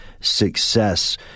success